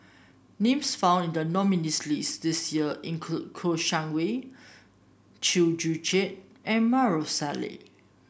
names found in the nominees' list this year include Kouo Shang Wei Chew Joo Chiat and Maarof Salleh